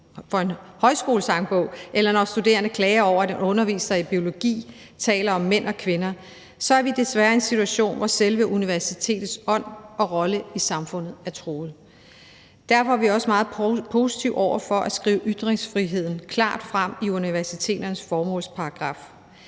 fra en højskolesangbog, eller når studerende klager over, at en underviser i biologi taler om mænd og kvinder, så er vi desværre i en situation, hvor selve universitetets ånd og rolle i samfundet er truet. Derfor er vi også meget positive over for at skrive ytringsfriheden klart frem i universiteternes formålsparagraf.